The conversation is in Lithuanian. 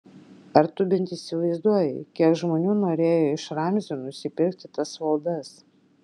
ar tu bent įsivaizduoji kiek žmonių norėjo iš ramzio nusipirkti tas valdas